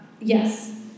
yes